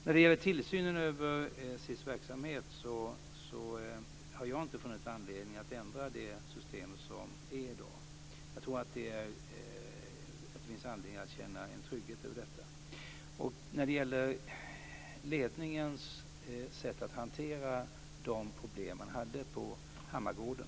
När det gäller tillsynen över SiS verksamhet har jag inte funnit anledning att ändra det system som är i dag. Jag tror att det finns anledning att känna en trygghet i det. Jag har med den information som jag har fått fullt förtroende för ledningens sätt att hantera de problem som man hade på Hammargården.